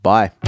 Bye